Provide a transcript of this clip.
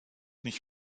nicht